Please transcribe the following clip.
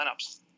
lineups